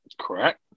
Correct